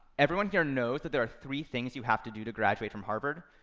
everyone here knows that there are three things you have to do to graduate from harvard,